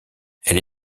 elle